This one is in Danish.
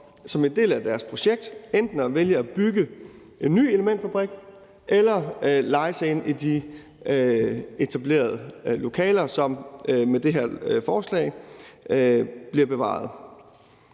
som en del af deres projekt enten at vælge at bygge en ny elementfabrik eller leje sig ind i de etablerede lokaler, som med det her forslag bliver bevaret.